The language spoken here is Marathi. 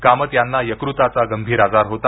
कामत यांना यकृताचा गंभीर आजार होता